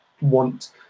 want